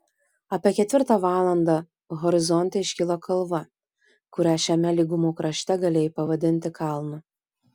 apie ketvirtą valandą horizonte iškilo kalva kurią šiame lygumų krašte galėjai pavadinti kalnu